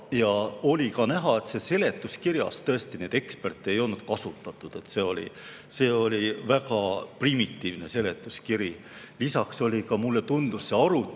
Ja oli ka näha, et seletuskirja koostamisel tõesti eksperte ei olnud kasutatud. See oli väga primitiivne seletuskiri. Lisaks oli ka, mulle tundus, see arutelu